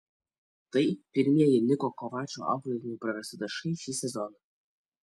tai pirmieji niko kovačo auklėtinių prarasti taškai šį sezoną